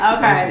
Okay